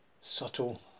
Subtle